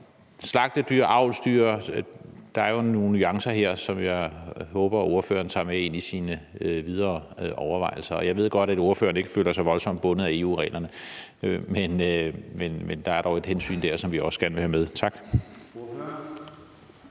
slagtedyr og avlsdyr er der jo nogle nuancer her, som jeg håber ordføreren tager med ind i sine videre overvejelser. Jeg ved godt, at ordføreren ikke føler sig voldsomt bundet af EU-reglerne, men der er dog et hensyn der, som vi også gerne vil have med. Tak.